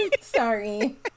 Sorry